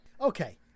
Okay